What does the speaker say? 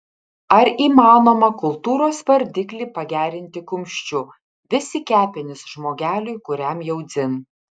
ar įmanoma kultūros vardiklį pagerinti kumščiu vis į kepenis žmogeliui kuriam jau dzin